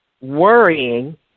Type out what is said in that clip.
worrying